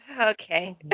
Okay